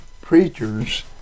Preachers